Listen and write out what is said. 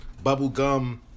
bubblegum